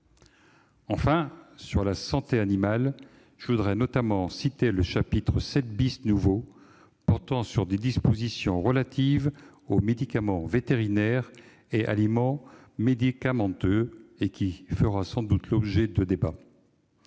concerne la santé animale, je citerai notamment le chapitre VII nouveau, portant sur des dispositions relatives aux médicaments vétérinaires et aliments médicamenteux. Ces dispositions feront sans doute l'objet de débats.